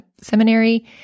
Seminary